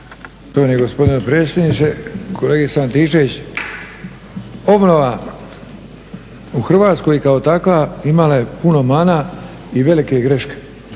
Hrvatskoj kao takva imala je puno mana i velike greške